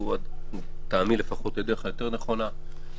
לטעמי זו הדרך היותר נכונה.